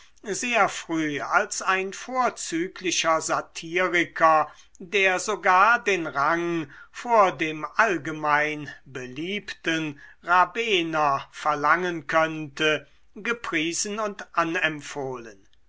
sehr früh als ein vorzüglicher satiriker der sogar den rang vor dem allgemein beliebten rabener verlangen könnte gepriesen und anempfohlen